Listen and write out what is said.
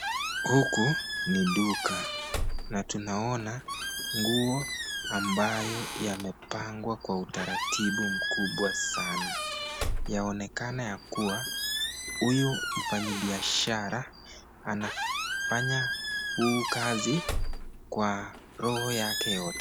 Huku ni duka na tunaona nguo ambayo yamepangwa kwa utaratibu mkubwa sana. Yaonekana kwamba huyu mfanyabiashara anafanya hii kazi kwa roho yake yote.